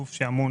גוף שאמון